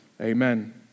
Amen